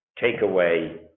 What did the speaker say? takeaway